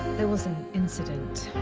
there was an incident.